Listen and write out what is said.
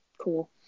cool